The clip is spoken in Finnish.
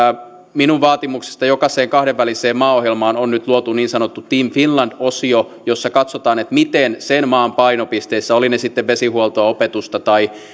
minun vaatimuksestani jokaiseen kahdenväliseen maaohjelmaan on nyt luotu niin sanottu team finland osio jossa katsotaan miten sen maan painopisteissä olivat ne sitten vesihuoltoa opetusta tai